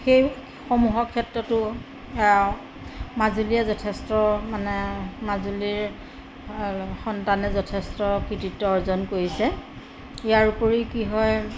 সেইসমূহৰ ক্ষেত্ৰতো অঁ মাজুলীয়ে যথেষ্ট মানে মাজুলীৰ সন্তানে যথেষ্ট কৃৰ্তিত্ব অৰ্জন কৰিছে ইয়াৰ উপৰি কি হয়